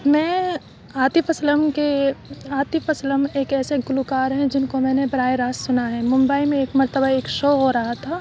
میں عاطف اسلم کے عاطف اسلم ایک ایسے گلوکار ہیں جن کو میں نے براہ راست سنا ہے ممبئی میں ایک مرتبہ ایک شو ہو رہا تھا